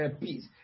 peace